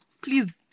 please